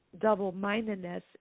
double-mindedness